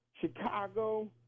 Chicago